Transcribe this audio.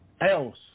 else